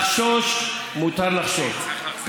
לחשוש, מותר לחשוש.